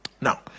Now